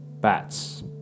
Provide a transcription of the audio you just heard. bats